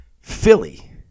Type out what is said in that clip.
Philly